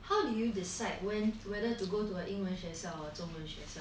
how did you decide when whether to go to a 英文学校 or a 中文学校